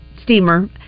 steamer